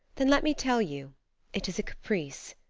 then let me tell you it is a caprice.